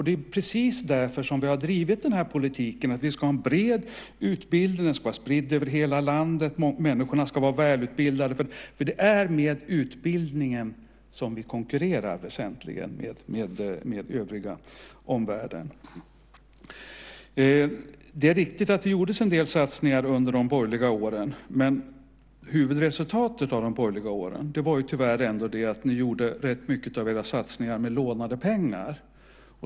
Det är precis därför som vi har drivit den här politiken att vi ska ha en bred utbildning, att den ska vara spridd över hela landet och att människorna ska vara välutbildade. Det är med utbildningen som vi väsentligen konkurrerar med omvärlden. Det är riktigt att det gjordes en del satsningar under de borgerliga åren, men huvudresultatet under de borgerliga åren var tyvärr det att ni gjorde rätt mycket av era satsningar med lånade pengar.